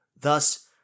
Thus